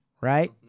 right